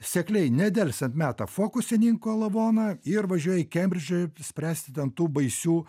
sekliai nedelsiant meta fokusininko lavoną ir važiuoja į kembridžą f spręsti ten tų baisių